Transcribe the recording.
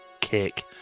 kick